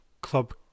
Club